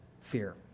fear